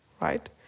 right